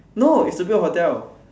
no is to build a hotel